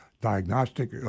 diagnostic